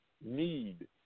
need